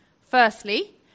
Firstly